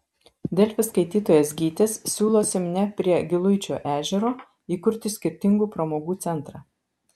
delfi skaitytojas gytis siūlo simne prie giluičio ežero įkurti skirtingų pramogų centrą